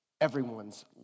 everyone's